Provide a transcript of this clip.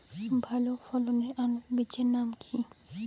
ভালো ফলনের আলুর বীজের নাম কি?